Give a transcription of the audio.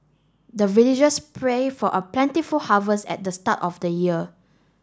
the villagers pray for a plentiful harvest at the start of the year